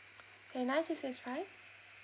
okay nine six six five